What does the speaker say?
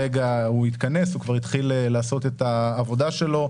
התכנס, הוא כבר התחיל לעשות את העבודה שלו.